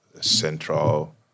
central